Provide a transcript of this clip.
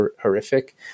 horrific